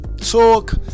Talk